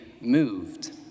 moved